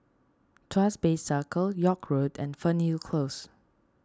Tuas Bay Circle York Road and Fernhill Close